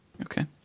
Okay